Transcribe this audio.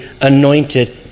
anointed